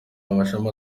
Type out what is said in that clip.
amashami